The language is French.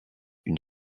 une